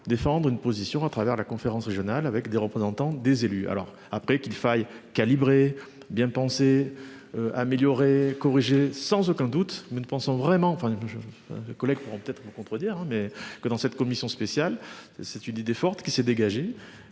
défendre une position à travers la conférence régionale avec des représentants des élus. Alors après, qu'il faille calibré. Bien pensé. Améliorer. Sans aucun doute. Nous ne pensons vraiment enfin. Collègues pourront peut-être vous contredire mais que dans cette commission spéciale. C'est une idée forte qui s'est dégagée